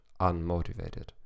unmotivated